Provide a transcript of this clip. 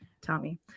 Tommy